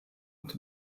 und